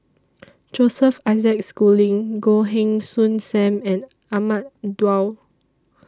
Joseph Isaac Schooling Goh Heng Soon SAM and Ahmad Daud